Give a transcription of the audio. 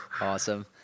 Awesome